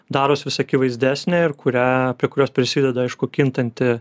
daros vis akivaizdesnė ir kurią prie kurios prisideda aišku kintanti